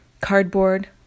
cardboard